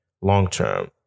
long-term